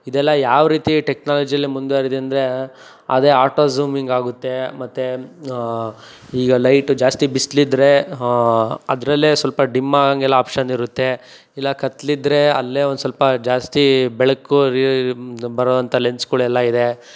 ಇದೆಲ್ಲ ಯಾವರೀತಿ ಟೆಕ್ನಾಲಜಿಯಲ್ಲಿ ಮುಂದುವರ್ದಿದೆ ಅಂದರೆ ಅದೇ ಆಟೋ ಝೂಮಿಂಗಾಗುತ್ತೆ ಮತ್ತು ಈಗ ಲೈಟು ಜಾಸ್ತಿ ಬಿಸಿಲಿದ್ರೆ ಅದರಲ್ಲೇ ಸ್ವಲ್ಪ ಡಿಮ್ ಆಗಂಗೆಲ್ಲ ಆಪ್ಷನ್ನಿರುತ್ತೆ ಇಲ್ಲ ಕತ್ತಲಿದ್ರೆ ಅಲ್ಲೇ ಒಂದುಸ್ವಲ್ಪ ಜಾಸ್ತಿ ಬೆಳಕು ಬರುವಂಥ ಲೆನ್ಸ್ಗಳೆಲ್ಲ ಇದೆ